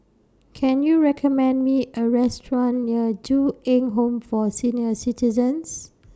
Can YOU recommend Me A Restaurant near Ju Eng Home For Senior Citizens